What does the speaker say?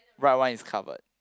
right one is covered